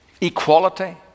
Equality